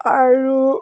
আৰু